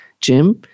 Jim